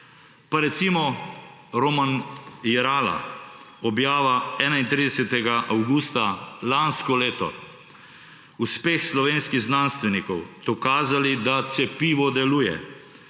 pa recimo Roman Jerala, objava 31. avgusta lansko leto: Uspeh slovenskih znanstvenikov; Dokazali, da cepivo deluje;